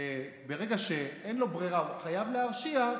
שברגע שאין לו ברירה והוא חייב להרשיע,